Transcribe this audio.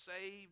saved